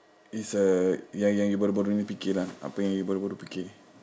is a yang yang you baru-baru fikir lah apa yang you baru-baru ini fikir